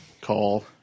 call